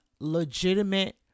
legitimate